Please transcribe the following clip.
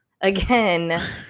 again